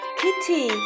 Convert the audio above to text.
kitty